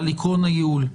על עקרון הייעול,